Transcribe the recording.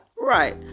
Right